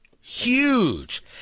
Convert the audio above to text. Huge